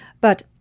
But-